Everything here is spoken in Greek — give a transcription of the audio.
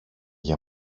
για